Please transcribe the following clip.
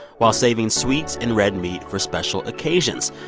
while saving sweets and red meat for special occasions.